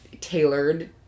tailored